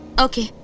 ok,